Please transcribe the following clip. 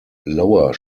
lower